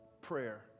prayer